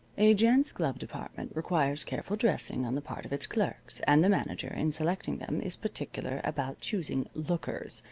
a gents' glove department requires careful dressing on the part of its clerks, and the manager, in selecting them, is particular about choosing lookers,